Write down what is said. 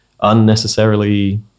unnecessarily